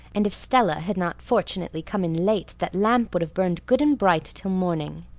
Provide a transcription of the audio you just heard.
and if stella had not fortunately come in late that lamp would have burned good and bright till morning.